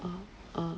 uh uh